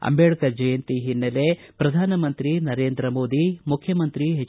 ಅಂಬೇಡ್ಕರ್ ಜಯಂತಿ ಹಿನ್ನೆಲೆ ಪ್ರಧಾನಮಂತ್ರಿ ನರೇಂದ್ರ ಮೋದಿ ಮುಖ್ಯಮಂತ್ರಿ ಹೆಚ್